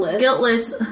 Guiltless